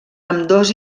ambdós